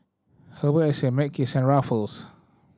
Herbal Essence Mackays and Ruffles